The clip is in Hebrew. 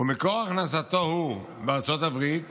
ומקור הכנסתו הוא בארצות הברית